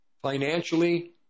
financially